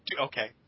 Okay